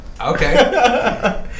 okay